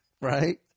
Right